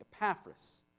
Epaphras